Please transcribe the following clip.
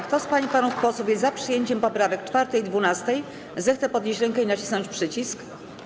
Kto z pań i panów posłów jest za przyjęciem poprawek 4. i 12., zechce podnieść rękę i nacisnąć przycisk.